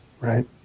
Right